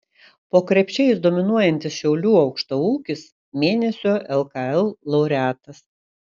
po krepšiais dominuojantis šiaulių aukštaūgis mėnesio lkl laureatas